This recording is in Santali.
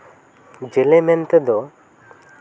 ᱡᱮᱞᱮ ᱢᱮᱱ ᱛᱮᱫᱚ